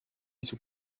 sous